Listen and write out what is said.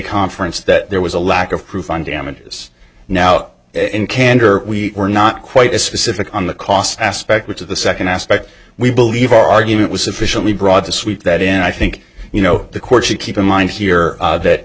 conference that there was a lack of proof and damages now in candor we were not quite as specific on the cost aspect which of the second aspect we believe our argument was sufficiently broad to sweep that in i think you know the court should keep in mind here that